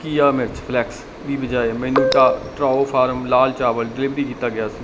ਕਿਆ ਮਿਰਚ ਫਲੈਕਸ ਦੀ ਬਜਾਏ ਮੈਨੂੰ ਟ ਟਰਉਫਾਰਮ ਲਾਲ ਚਾਵਲ ਡਿਲੀਵਰ ਕੀਤਾ ਗਿਆ ਸੀ